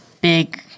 big